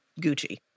Gucci